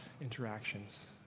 interactions